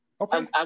Okay